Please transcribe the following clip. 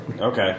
Okay